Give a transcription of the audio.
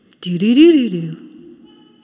Do-do-do-do-do